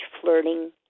flirting